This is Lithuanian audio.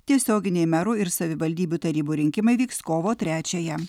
tiesioginiai merų ir savivaldybių tarybų rinkimai vyks kovo trečiąją